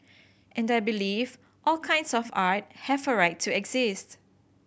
and I believe all kinds of art have a right to exist